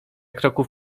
kroków